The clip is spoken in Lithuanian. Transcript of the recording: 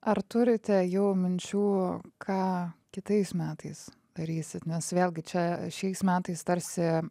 ar turite jau minčių ką kitais metais darysit nes vėlgi čia šiais metais tarsi